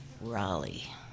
Raleigh